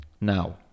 Now